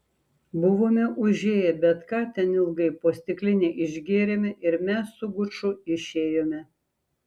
buvome užėję bet ką ten ilgai po stiklinę išgėrėme ir mes su guču išėjome